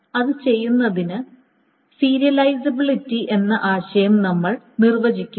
അത് ചെയ്യുന്നതിന് സീരിയലൈസബിലിറ്റി എന്ന ആശയം നമ്മൾ നിർവ്വചിക്കുന്നു